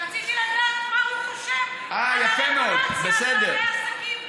רציתי לדעת מה הוא חושב על הרגולציה על בעלי העסקים,